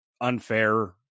unfair